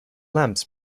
lamps